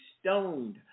stoned